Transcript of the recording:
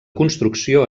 construcció